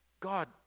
God